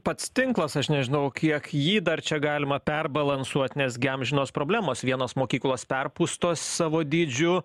pats tinklas aš nežinau kiek jį dar čia galima perbalansuot nes gi amžinos problemos vienos mokyklos perpūstos savo dydžiu